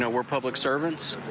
so we're public servants.